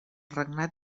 regnat